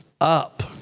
up